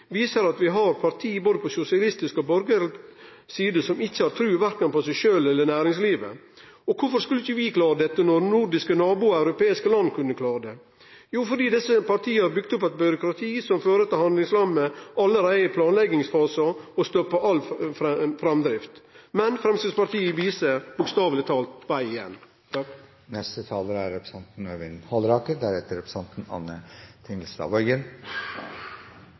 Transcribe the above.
viser at vi har parti på både sosialistisk og borgarleg side som ikkje har tru på verken seg sjølve eller næringslivet. Kvifor skulle ikkje vi klare dette, når nordiske naboar og europeiske land kan klare det? Det er fordi desse partia har bygd opp eit byråkrati som fører til at ein blir handlingslamma allereie i planleggingsfasen, og stoppar all framdrift. Men Framstegspartiet viser – bokstaveleg talt – veg igjen. Høyres samferdselsfraksjon har lagt fram Høyres politikk på en